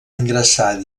ingressar